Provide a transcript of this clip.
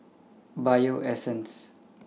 Bio Essence